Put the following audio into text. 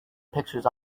pictures